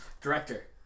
Director